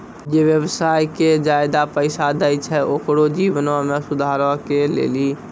जे व्यवसाय के ज्यादा पैसा दै छै ओकरो जीवनो मे सुधारो के लेली